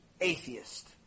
atheist